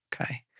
Okay